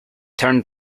turned